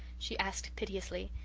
she asked piteously.